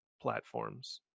platforms